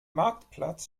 marktplatz